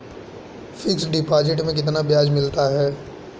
Fix deposit में कितना ब्याज मिलता है?